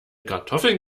kartoffeln